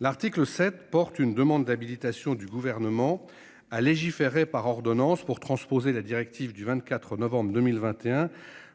L'article sept porte une demande d'habilitation du gouvernement à légiférer par ordonnance pour transposer la directive du 24 novembre 2021